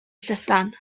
llydan